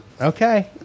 Okay